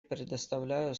предоставляю